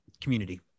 community